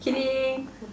kidding